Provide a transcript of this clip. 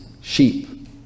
sheep